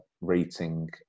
rating